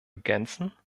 ergänzen